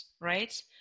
right